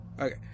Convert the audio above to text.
Okay